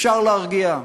אפשר להרגיע.